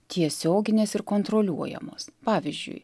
tiesioginės ir kontroliuojamos pavyzdžiui